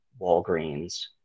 Walgreens